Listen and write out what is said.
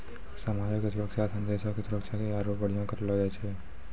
समाजो के सुरक्षा से देशो के सुरक्षा के आरु बढ़िया करलो जाय छै